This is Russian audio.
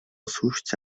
услышать